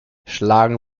schlagen